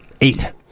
Eight